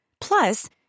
Plus